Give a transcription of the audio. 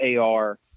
AR